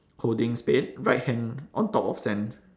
holding spade right hand on top of sand